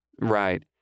Right